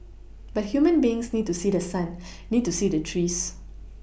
but human beings need to see the sun need to see the trees